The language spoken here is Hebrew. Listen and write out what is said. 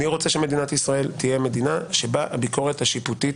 אני רוצה שמדינת ישראל תהיה מדינה בה הביקורת השיפוטית